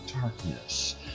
darkness